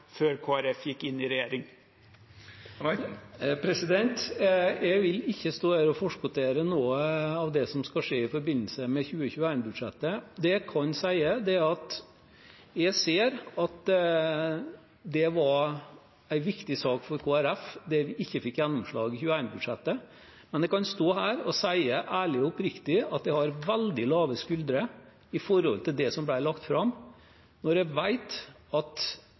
før Kristelig Folkeparti gikk inn i regjering? Jeg vil ikke stå her å forskuttere noe av det som skal skje i forbindelse med 2021-budsjettet. Det jeg kan si, er at jeg ser at det er en viktig sak for Kristelig Folkeparti som vi ikke fikk gjennomslag for i 2020-budsjettet. Men jeg kan stå her og si ærlig og oppriktig at jeg har veldig lave skuldre når det gjelder det som ble lagt fram, når jeg vet at